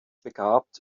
begabt